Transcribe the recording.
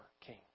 king